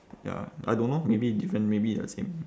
ya I don't know maybe different maybe the same